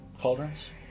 cauldrons